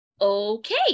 okay